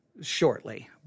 shortly